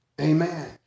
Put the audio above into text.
Amen